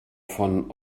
von